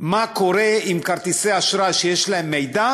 מה קורה עם כרטיסי האשראי שיש להם מידע